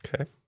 Okay